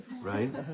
right